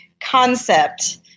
concept